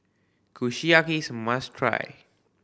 kushiyaki is must try